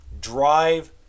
drive